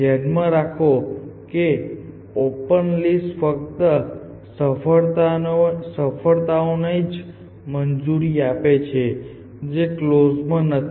ધ્યાનમાં રાખો કે ઓપન લિસ્ટ ફક્ત સફળતાઓને જ મંજૂરી આપે છે જે કલોઝ માં નથી